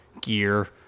gear